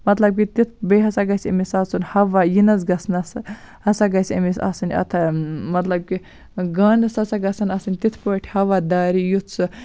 مطلب کہِ تیُتھ بیٚیہِ ہسا گژھِ أمِس آسُن ہوا یِنَس گژھنَس ہسا گژھِ أمِس آسٕنۍ اَتھ مطلب کہِ گانَس ہسا گژھن آسٕنۍ تِتھ پٲٹھۍ ہوا دارِ یُتھ سُہ